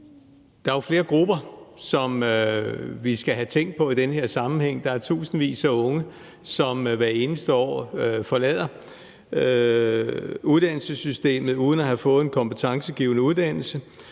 Der er jo flere grupper, som vi skal have tænkt på i den her sammenhæng. Der er tusindvis af unge, som hvert eneste år forlader uddannelsessystemet uden at have fået en kompetencegivende uddannelse,